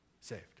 saved